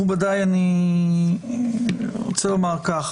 מכובדיי, אני רוצה לומר את הדברים הבאים.